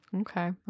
okay